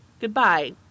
Goodbye